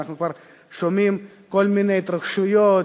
ואנחנו כבר שומעים כל מיני התרחשויות.